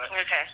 Okay